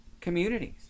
communities